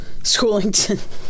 Schoolington